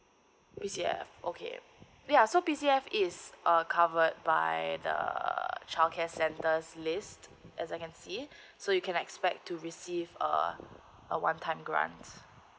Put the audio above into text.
PCF okay ya so PCF is uh covered by the uh childcare centers list as I can see so you can expect to receive a one time grant